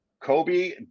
Kobe